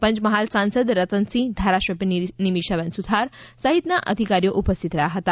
પંચમહાલ સાંસદ રતન સિંહ ધારાસભ્ય નિમિષા બેન સુથાર સહીતના અધિકારીઓ ઉપસ્થિત રહ્યા હતા